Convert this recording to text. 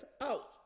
out